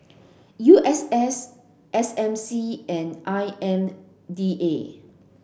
U S S S M C and I M D A